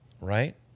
right